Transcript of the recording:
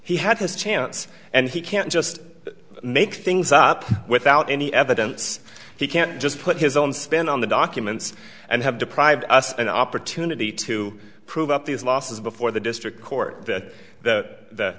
he had his chance and he can't just make things up without any evidence he can't just put his own spin on the documents and have deprived us an opportunity to prove up these losses before the district court that th